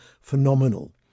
phenomenal